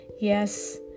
yes